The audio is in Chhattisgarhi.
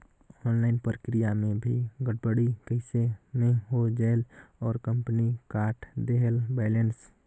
ऑनलाइन प्रक्रिया मे भी गड़बड़ी कइसे मे हो जायेल और कंपनी काट देहेल बैलेंस?